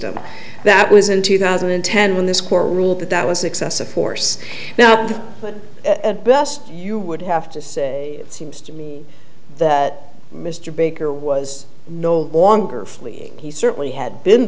him that was in two thousand and ten when this court ruled that that was excessive force now but at best you would have to say it seems to me that mr baker was no longer fleeing he certainly had been